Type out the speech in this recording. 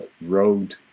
road